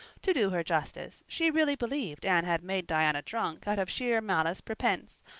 to do her justice, she really believed anne had made diana drunk of sheer malice prepense,